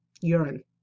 urine